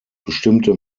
bestimmte